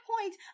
point